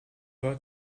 war